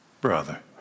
brother